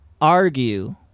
argue